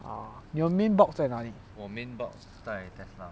ah your main bulk 在哪里